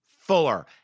fuller